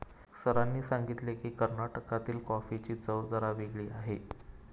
सरांनी सांगितले की, कर्नाटकातील कॉफीची चव जरा वेगळी आहे